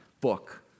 book